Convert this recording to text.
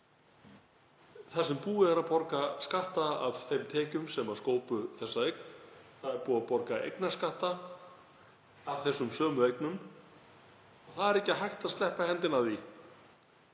þar sem búið er að borga skatta af þeim tekjum sem skópu þessa eign. Það er búið að borga eignarskatta af þessum sömu eignum. Samt er ekki hægt að sleppa hendinni af því